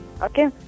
Okay